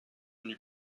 n’eût